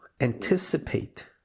anticipate